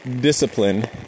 discipline